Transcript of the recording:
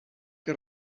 que